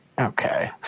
Okay